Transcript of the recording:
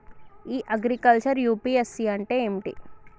ఇ agriculture UPSC అంటే ఏమిటి?